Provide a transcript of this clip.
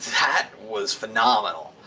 that was phenomenal.